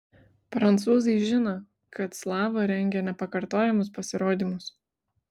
prancūzai žino kad slava rengia nepakartojamus pasirodymus